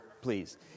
please